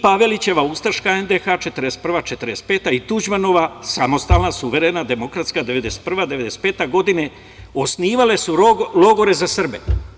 Pavelićeva ustaška NDH 1941. do 1945. i Tuđmanova samostalna, suverena demokratska 1991. do 1995. godine, osnivale su logore za Srbe.